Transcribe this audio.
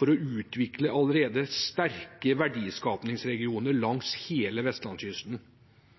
for å utvikle allerede sterke verdiskapingsregioner langs hele Vestlandskysten.